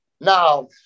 Now